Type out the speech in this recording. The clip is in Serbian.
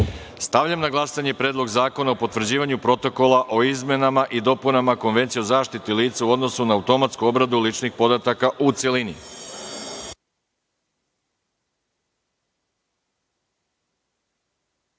na glasanje Predloga zakona o potvrđivanju Protokola o izmenama i dopunama Konvencije o zaštiti lica u odnosu na automatsku obradu ličnih podataka, u